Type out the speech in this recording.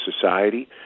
society